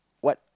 what